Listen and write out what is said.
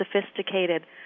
sophisticated